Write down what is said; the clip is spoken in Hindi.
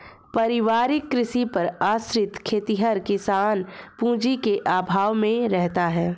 पारिवारिक कृषि पर आश्रित खेतिहर किसान पूँजी के अभाव में रहता है